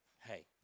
Hey